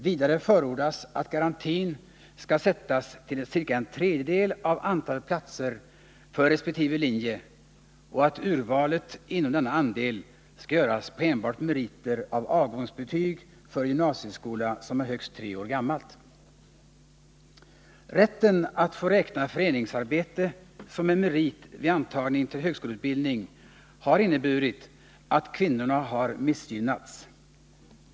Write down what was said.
Vidare förordas att garantin skall sättas till ca en tredjedel av antalet platser för resp. linje och att urvalet inom denna andel skall göras på enbart meriter av avgångsbetyg från gymnasieskola som är högst tre år gammalt. Rätten att få räkna föreningsarbete som en merit vid antagning till högskoleutbildning har inneburit att kvinnorna har missgynnats.